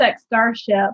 Starship